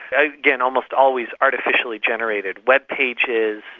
and again, almost always artificially generated webpages,